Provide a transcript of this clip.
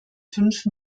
fünf